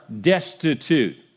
destitute